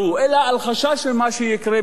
אלא על חשש של מה שיקרה באירופה,